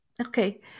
okay